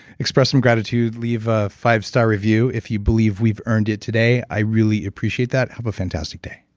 express some gratitude. leave a five star review if you believe we've earned it today. i really appreciate that. have a fantastic day